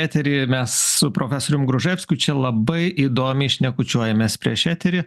eteryje ir mes su profesoriumi gruževskiu čia labai įdomiai šnekučiuojamės prieš eterį